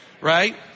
right